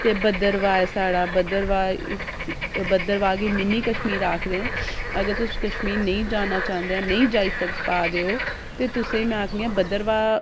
ते भद्रवाह् ऐ साढ़ा ते भद्रवाह् इस भद्रवाह् गी मिनी कश्मीर आखदे न अगर तुस कश्मीर नेईं जाना चांह्दे नेईं जाई सकदे ओ ते तुसें ई में आखनी आं भद्रवाह्